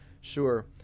sure